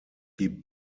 die